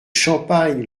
champagne